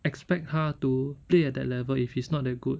expect 他 to play at that level if he's not that good